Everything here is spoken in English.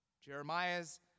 Jeremiah's